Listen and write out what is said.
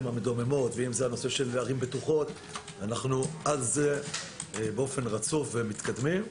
המדממות ובנושא הערים הבטוחות אנחנו על זה באופן רצוף ומתקדמים.